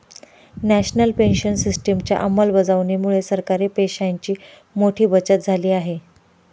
national pension सिस्टिमच्या अंमलबजावणीमुळे सरकारी पैशांची मोठी बचत झाली आहे